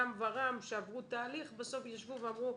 גם ור"מ שעברו תהליך, בסוף ישבו ואמרו,